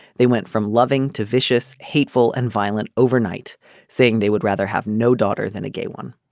they went from loving to vicious hateful and violent overnight saying they would rather have no daughter than a gay one.